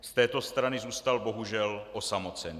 Z této strany zůstal bohužel osamocený.